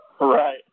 Right